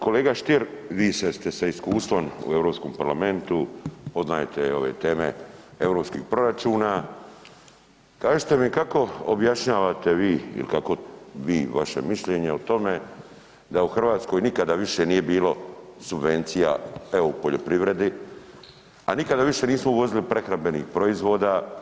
Kolega Stier, vi ste sa iskustvom u Europskom parlamentu, poznajete ove teme europskih proračuna, kažite mi kako objašnjavate vi ili kako, vi, vaše mišljenje o tome, da u Hrvatskoj nikada više nije bilo subvencija evo u poljoprivredi a nikada više nismo uvozili prehrambenih proizvoda?